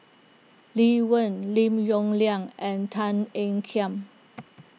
Lee Wen Lim Yong Liang and Tan Ean Kiam